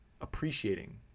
appreciating